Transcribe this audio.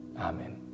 Amen